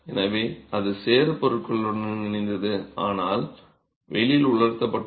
எனவே அது சேறு பொருட்களுடன் இணைந்தது ஆனால் வெயிலில் உலர்த்தப்பட்டது